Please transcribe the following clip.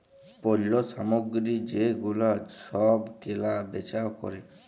পল্য সামগ্রী যে গুলা সব কেলা বেচা ক্যরে